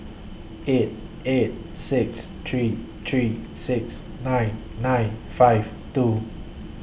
eight eight six three three six nine nine five two